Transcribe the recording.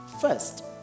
First